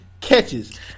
catches